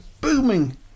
booming